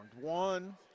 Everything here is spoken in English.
One